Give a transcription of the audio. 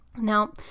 Now